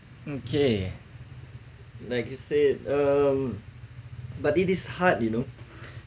okay like you said um but it is hard you know